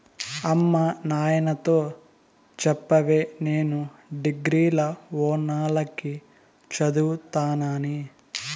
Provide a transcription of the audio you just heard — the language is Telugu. అమ్మ నాయనతో చెప్పవే నేను డిగ్రీల ఓనాల కి చదువుతానని